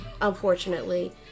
unfortunately